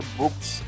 books